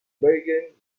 bergen